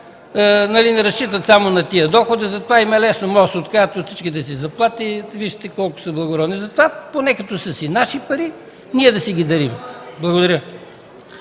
не разчитат само на тези доходи, затова им е лесно – могат да се откажат и от всичките си заплати, вижте колко са благородни. Затова, поне като са си наши пари, ние да си ги дарим. Благодаря.